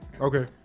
Okay